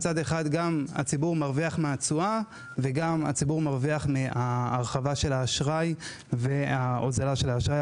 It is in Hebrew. הציבור מרוויח גם מהתשואה וגם מההרחבה ומההוזלה של האשראי,